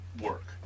work